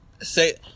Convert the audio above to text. say